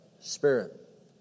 spirit